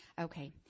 Okay